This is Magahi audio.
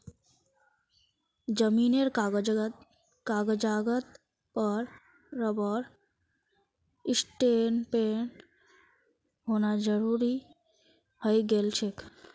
जमीनेर कागजातत रबर स्टैंपेर होना जरूरी हइ गेल छेक